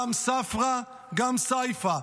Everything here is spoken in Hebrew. גם ספרא גם סייפא,